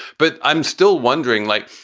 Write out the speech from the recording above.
but i'm still wondering, like,